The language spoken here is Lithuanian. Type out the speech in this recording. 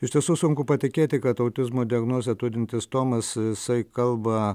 iš tiesų sunku patikėti kad autizmo diagnozę turintis tomas jisai kalba